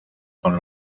con